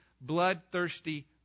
bloodthirsty